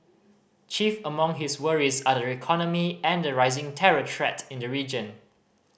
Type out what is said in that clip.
chief among his worries are the economy and the rising terror threat in the region